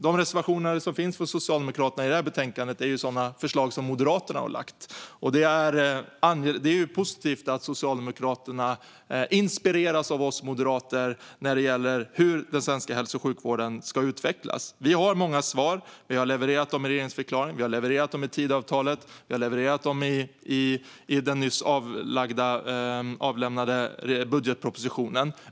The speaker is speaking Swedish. De reservationer som finns från Socialdemokraterna i det här betänkandet är sådana förslag som Moderaterna har lagt fram. Det är positivt att Socialdemokraterna inspireras av oss moderater när det gäller hur den svenska hälso och sjukvården ska utvecklas. Vi har många svar. Vi har levererat dem i regeringsförklaringen, vi har levererat dem i Tidöavtalet och vi har levererat dem i den nyss avlämnade budgetpropositionen.